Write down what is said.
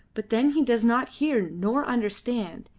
but then he does not hear, nor understand,